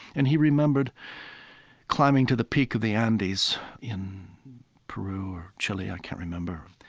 and he remembered climbing to the peak of the andes in peru or chile, i can't remember,